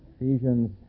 Ephesians